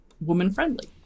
woman-friendly